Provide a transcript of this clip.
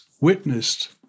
witnessed